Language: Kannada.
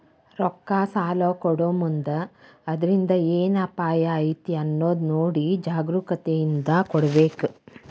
ರೊಕ್ಕಾ ಸಲಾ ಕೊಡೊಮುಂದ್ ಅದ್ರಿಂದ್ ಏನ್ ಅಪಾಯಾ ಐತಿ ಅನ್ನೊದ್ ನೊಡಿ ಜಾಗ್ರೂಕತೇಂದಾ ಕೊಡ್ಬೇಕ್